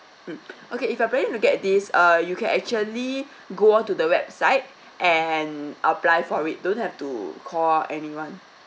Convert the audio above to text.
mm okay if you're going to get this uh you can actually go on to the website and apply for it don't have to call anyone